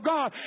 God